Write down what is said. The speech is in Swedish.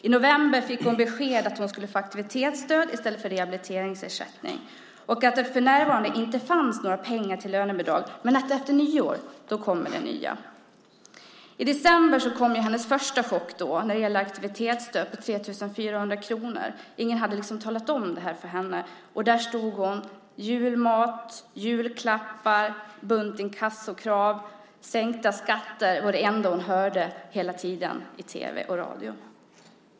I november fick hon besked om att hon skulle få aktivitetsstöd i stället för rehabiliteringsersättning och att det för närvarande inte fanns några pengar till lönebidrag, men efter nyår skulle det komma nya. I december kom så hennes första chock som gällde aktivitetsstödet på 3 400 kronor. Ingen hade talat om detta för henne, och där stod hon och skulle köpa julmat och julklappar och med en bunt inkassokrav. Sänkta skatter var det enda hon hörde talas om hela tiden i tv och radio.